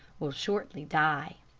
will shortly die.